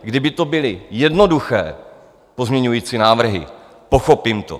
Kdyby to byly jednoduché pozměňovací návrhy, pochopím to.